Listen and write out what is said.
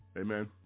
Amen